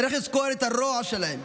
צריך לזכור את הרוע שלהם,